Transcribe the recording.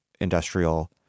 industrial